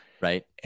Right